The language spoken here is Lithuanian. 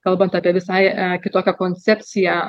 kalbant apie visai kitokią koncepciją